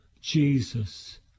Jesus